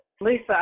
Lisa